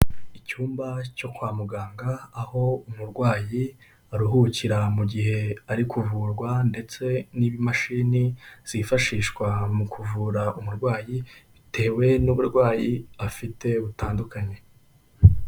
Icyumba cyo kwa muganga aho umurwayi aruhukira mu gihe ari kuvurwa, ndetse n'ibimashini zifashishwa mu kuvura umurwayi, bitewe n'uburwayi afite butandukanye.